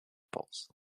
pulse